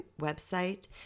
website